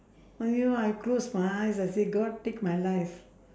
!aiyo! I close my eyes I say god take my life